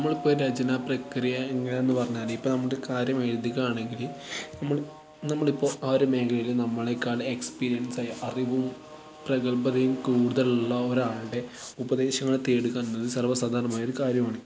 നമ്മളിപ്പോൾ രചനാപ്രക്രിയ എങ്ങനെയാണെന്ന് പറഞ്ഞാല് ഇപ്പോൾ നമുക്ക് കാര്യം എഴുതികാണിക്കല് നമ്മള് നമ്മളിപ്പോൾ ആ ഒരു മേഖലയിൽ നമ്മളെക്കാൾ എക്സ്പീരിയൻസായി അറിവും പ്രഗത്ഭതയും കൂടുതലലുള്ള ഒരാളുടെ ഉപദേശങ്ങൾ തേടുക എന്നത് സർവ്വസാദാരണമായൊരു കാര്യമാണ്